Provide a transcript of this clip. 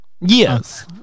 yes